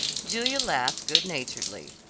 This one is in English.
julia laughed good-naturedly.